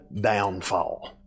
downfall